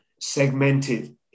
segmented